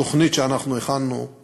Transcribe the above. הייתי אומר שהתוכנית שאנחנו הכנו,